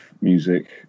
music